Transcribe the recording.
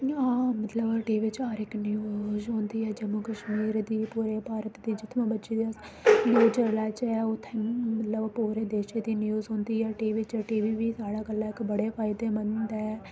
इ'यां मतलब डे बिच हर इक न्यूज़ औंदी ऐ जम्मू कश्मीर दी पूरे भारत दी जित्थुंआ मर्जी मजा लैचै उत्थै मतलब पूरे देशै दी न्यूज़ औंदी ऐ टीवी च टीवी बी साढ़ा गल्ला इक बड़ा फायदेमंद ऐ